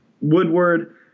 Woodward